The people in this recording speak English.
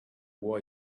war